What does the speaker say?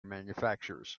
manufacturers